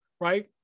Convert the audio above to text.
right